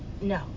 No